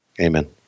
Amen